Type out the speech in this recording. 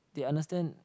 they understand